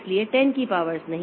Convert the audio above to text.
इसलिए 10 की पावर्स नहीं